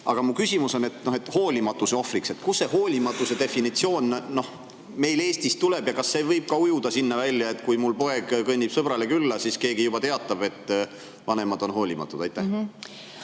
Aga mu küsimus on hoolimatuse ohvrite kohta. Kust see hoolimatuse definitsioon meil Eestis tuleb? Kas see võib ka ujuda sinna välja, et kui mul poeg kõnnib sõbrale külla, siis keegi juba teatab, et vanemad on hoolimatud? Jaa,